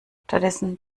stattdessen